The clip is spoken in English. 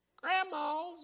Grandma's